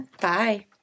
Bye